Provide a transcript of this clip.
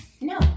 No